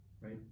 right